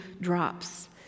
drops